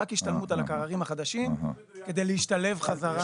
רק השתלמות על הקררים החדשים כדי להשתלב חזרה.